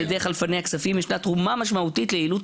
חלפני הכספים ישנה תרומה משמעותית ליעילות